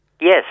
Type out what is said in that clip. Yes